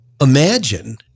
Imagine